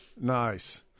Nice